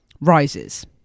rises